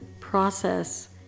Process